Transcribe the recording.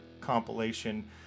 compilation